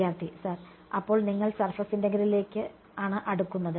വിദ്യാർത്ഥി സർ അപ്പോൾ നിങ്ങൾ സർഫസ് ഇന്റെഗ്രേലിലേക്ക് ആണ് അടുക്കുന്നത്